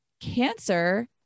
cancer